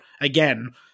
again